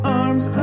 arms